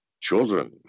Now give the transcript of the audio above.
children